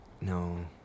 No